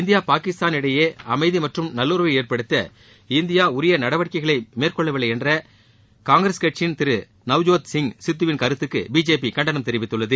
India பாகிஸ்தானிடையே அமைதி மற்றும் நல்லுறவை ஏற்படுத்த இந்தியா உரிய நடவடிக்கைகளை மேற்கொள்ளவில்லை என்ற காங்கிரஸ் கட்சியின் திரு நவ்ஜோத் சிங் சித்துவின் கருத்துக்கு பிஜேபி கண்டனம் தெரிவித்துள்ளது